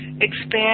Expand